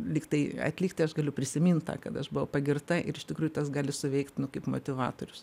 lyg tai atlikti aš galiu prisimint kad aš buvau pagirta ir iš tikrųjų tas gali suveikt nu kaip motyvatorius